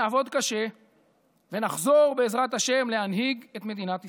נעבוד קשה ונחזור בעזרת השם להנהיג את מדינת ישראל,